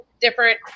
different